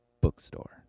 bookstore